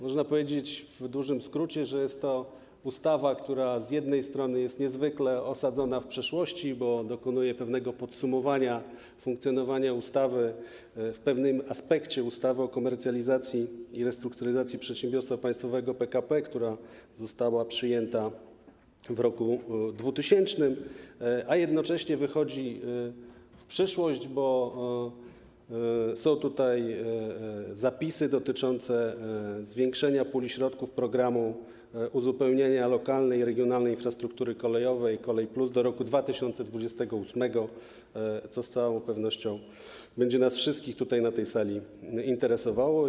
Można powiedzieć w dużym skrócie, że jest to ustawa, która z jednej strony jest niezwykle osadzona w przeszłości, bo dokonuje podsumowania funkcjonowania w pewnym aspekcie ustawy o komercjalizacji i restrukturyzacji przedsiębiorstwa państwowego PKP, która została uchwalona w roku 2000, a jednocześnie wychodzi w przyszłość, bo zawiera zapisy dotyczące zwiększenia puli środków ˝Programu uzupełniania lokalnej i regionalnej infrastruktury kolejowej Kolej+˝ do roku 2028, co z całą pewnością będzie nas wszystkich na tej sali interesowało.